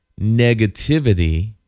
negativity